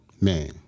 Man